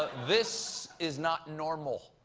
this is not normal.